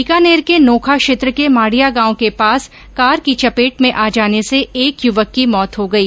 बीकानेर के नौखा क्षेत्र के माडिया गांव के पास कार की चपेट में आ जाने से एक युवक की मौत हो गई